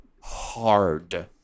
hard